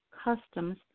customs